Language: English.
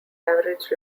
average